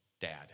dad